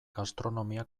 gastronomia